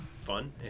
fun